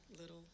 little